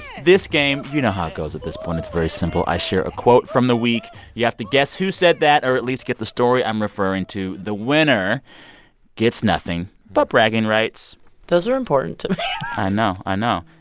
this game you know how it goes at this point. it's very simple. i share a quote from the week. you have to guess who said that or at least get the story i'm referring to. the winner gets nothing but bragging rights those are important i know. i know.